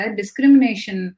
discrimination